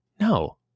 No